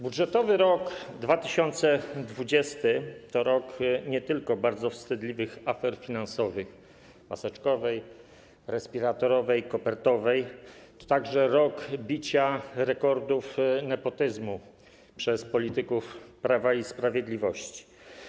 Budżetowy rok 2020 to rok nie tylko bardzo wstydliwych afer finansowych - maseczkowej, respiratorowej, kopertowej - lecz także rok bicia rekordów nepotyzmu przez polityków Prawa i Sprawiedliwości.